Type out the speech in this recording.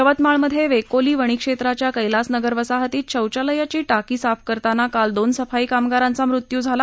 यवतमाळमध्ये वेकोली वणी क्षेत्राच्या कैलास नगर वसाहतीत शौचालयाची टाकी साफ करताना काल दोन सफाई कामगारांचा मृत्यू झाला